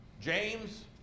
James